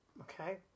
Okay